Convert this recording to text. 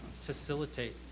facilitate